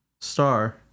Star